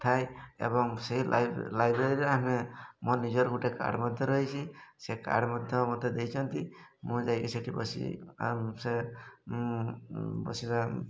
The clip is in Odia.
ଥାଏ ଏବଂ ସେଇ ଲାଇବ୍ରେରୀରେ ଆମେ ମୋ ନିଜର ଗୋଟେ କାର୍ଡ଼ ମଧ୍ୟ ରହିଛି ସେ କାର୍ଡ଼ ମଧ୍ୟ ମୋତେ ଦେଇଛନ୍ତି ମୁଁ ଯାଇକି ସେଠି ବସି ବସିବା